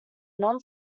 non